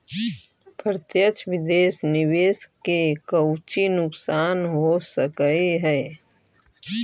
प्रत्यक्ष विदेश निवेश के कउची नुकसान हो सकऽ हई